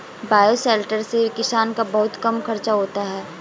bioshelter से किसान का बहुत कम खर्चा होता है